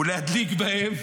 "ולהדליק בהם